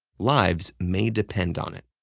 lives may depend on it.